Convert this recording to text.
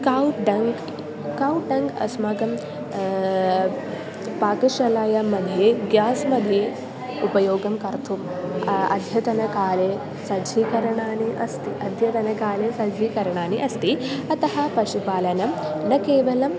कौ डङ्क् कौ ट्ङ्क् अस्माकं पाकशलायां मध्ये गेस् मध्ये उपयोगं कर्तुम् अध्यतनकाले सज्जीकरणानि अस्ति अद्यतनकाले सज्जीकरणानि अस्ति अतः पशुपालनं न केवलं